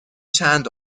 چند